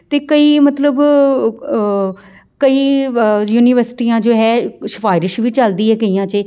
ਅਤੇ ਕਈ ਮਤਲਬ ਕਈ ਵ ਯੂਨੀਵਰਸਿਟੀਆਂ ਜੋ ਹੈ ਸਿਫਾਰਿਸ਼ ਵੀ ਚੱਲਦੀ ਹੈ ਕਈਆਂ 'ਚ